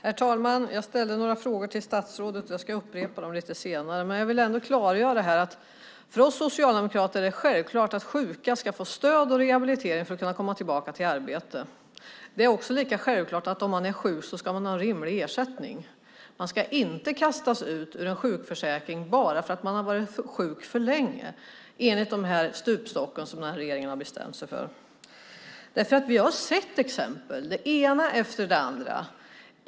Herr talman! Jag ställde några frågor till statsrådet. Jag ska upprepa dem lite senare. Jag vill ändå klargöra att för oss socialdemokrater är det självklart att sjuka ska få stöd och rehabilitering för att kunna komma tillbaka till arbete. Det är också lika självklart att om man är sjuk ska man ha en rimlig ersättning. Man ska inte kastas ut ur en sjukförsäkring bara för att man har varit sjuk för länge enligt den stupstock som den här regeringen har bestämt sig för. Vi har sett exempel, det ena efter det andra.